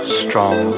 strong